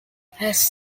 has